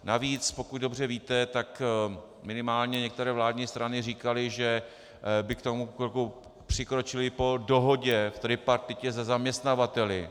Navíc, pokud dobře víte, minimálně některé vládní strany říkaly, že by k tomuto kroku přikročily po dohodě v tripartitě se zaměstnavateli.